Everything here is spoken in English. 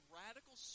radical